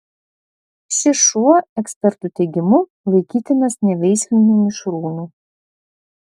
šis šuo ekspertų teigimu laikytinas neveisliniu mišrūnu